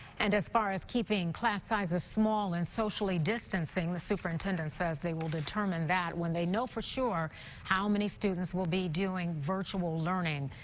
and as far as keeping class sizes small and socially distancing the superintendent says they will determine that when they know for certain how many students will be doing virtual learning.